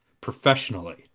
professionally